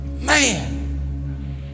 Man